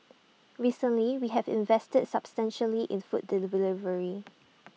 recently we have invested substantially in food